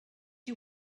you